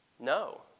No